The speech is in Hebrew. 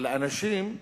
אבל האנשים,